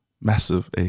massive